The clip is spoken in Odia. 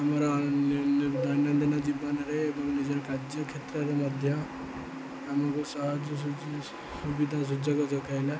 ଆମର ଦୈନନ୍ଦିନ ଜୀବନରେ ଏବଂ ନିଜର କାର୍ଯ୍ୟକ୍ଷେତ୍ରରେ ମଧ୍ୟ ଆମକୁ ସହଜ ସୁବିଧା ସୁଯୋଗ ଯୋଗାଇଲା